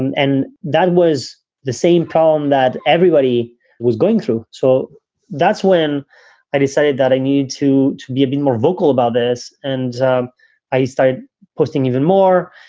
and and that was the same problem that everybody was going through. so that's when i decided that i need to to be a bit more vocal about this. and um i started posting even more.